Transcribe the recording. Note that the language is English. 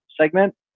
segment